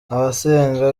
abasenga